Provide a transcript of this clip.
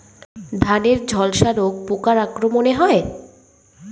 ধানের ঝলসা রোগ পোকার আক্রমণে হয়?